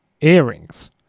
earrings